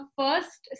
first